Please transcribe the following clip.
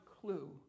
clue